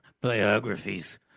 Biographies